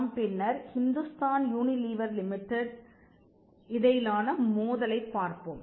நாம் பின்னர் Hindustan Unilever limited மற்றும் அமுல் இடையேயான மோதலைப் பார்ப்போம்